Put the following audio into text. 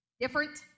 Different